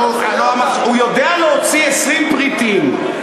הוא יודע להוציא 20 פריטים,